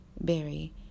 Berry